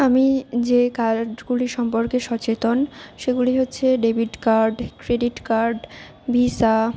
আমি যে কার্ডগুলি সম্পর্কে সচেতন সেগুলি হচ্ছে debit card credit card visa